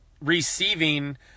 receiving